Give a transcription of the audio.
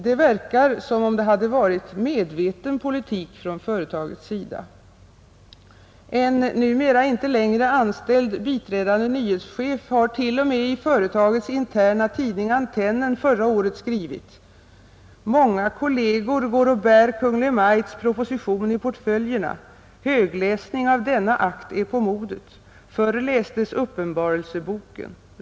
Det verkar som om det varit en medveten politik från företagets sida: en, numera icke längre anställd, biträdande nyhetschef har t.o.m. i företagets interna tidning Antennen förra året skrivit: ”Många kolleger går och bär Kungl. Maj:ts proposition i portföljerna. Högläsning av denna akt är på modet. Förr läste man Uppenbarelseboken.